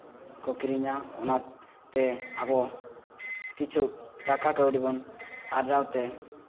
ᱠᱚ ᱠᱤᱨᱤᱧᱟ ᱚᱱᱟᱛᱮ ᱟᱵᱚ ᱠᱤᱪᱷᱩ ᱴᱟᱠᱟ ᱠᱟᱹᱣᱰᱤ ᱵᱚᱱ ᱟᱨᱡᱟᱣᱛᱮ